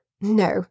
No